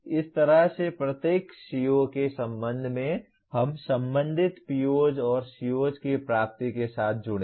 इस तरह से प्रत्येक CO के संबंध में हम संबंधित POs और CO की प्राप्ति के साथ जुड़े